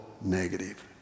negative